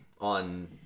on